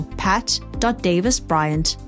pat.davisbryant